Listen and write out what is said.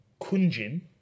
Kunjin